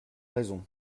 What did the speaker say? raison